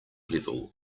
level